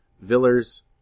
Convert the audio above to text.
Villers